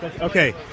okay